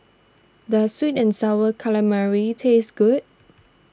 does Sweet and Sour Calamari taste good